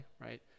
right